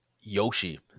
Yoshi